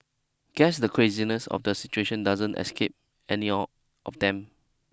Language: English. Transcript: guess the craziness of the situation doesn't escape any or of them